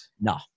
No